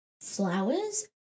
flowers